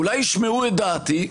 אולי ישמעו את דעתי?